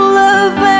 love